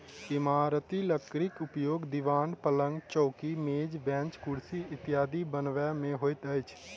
इमारती लकड़ीक उपयोग दिवान, पलंग, चौकी, मेज, बेंच, कुर्सी इत्यादि बनबय मे होइत अछि